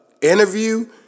interview